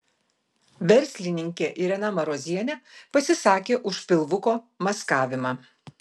verslininkė irena marozienė pasisakė už pilvuko maskavimą